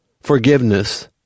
Forgiveness